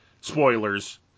Spoilers